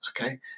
okay –